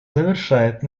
завершает